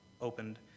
opened